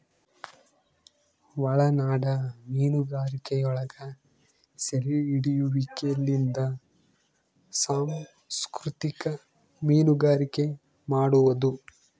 ಒಳನಾಡ ಮೀನುಗಾರಿಕೆಯೊಳಗ ಸೆರೆಹಿಡಿಯುವಿಕೆಲಿಂದ ಸಂಸ್ಕೃತಿಕ ಮೀನುಗಾರಿಕೆ ಮಾಡುವದು